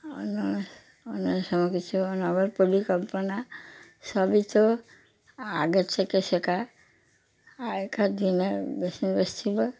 অন্য অন্য অন্য সবকিছু নগর পরিকল্পনা সবই তো আগের থেকে শেখা আগেকার দিনে বেশি বেশি করে